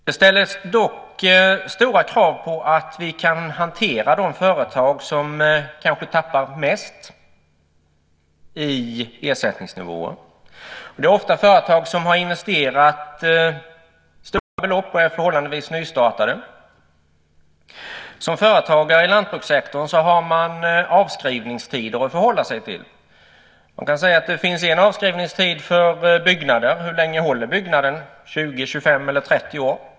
Det ställs dock stora krav på att vi kan hantera de företag som kanske tappar mest i ersättningsnivå. Det är ofta företag som har investerat stora belopp och som är förhållandevis nystartade. Som företagare i lantbrukssektorn har man avskrivningstider att förhålla sig till. Det finns en avskrivningstid för byggnader. Hur länge håller byggnaden? 20, 25 eller 30 år?